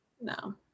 no